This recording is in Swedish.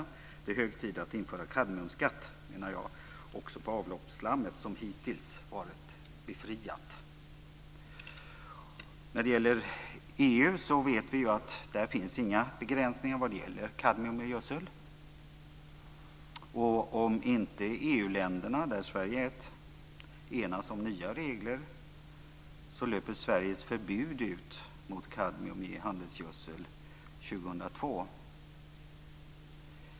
Jag menar att det är hög tid att införa kadmiumskatt också på avloppsslammet, som hittills varit befriat. När det gäller EU vet vi att där finns inga begränsningar för kadmium i gödsel. Om EU-länderna, av vilka Sverige är ett, inte enas om nya regler löper 2002.